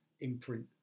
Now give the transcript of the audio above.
imprint